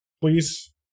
please